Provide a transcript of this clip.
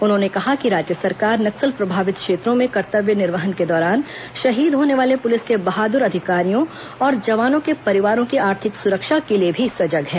उन्होंने कहा कि राज्य सरकार नक्सल प्रभावित क्षेत्रों में कर्तव्य निर्वहन के दौरान शहीद होने वाले पुलिस के बहादुर अधिकारियों और जवानों के परिवारों की आर्थिक सुरक्षा के लिए भी सजग है